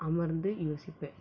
அமர்ந்து யோசிப்பேன்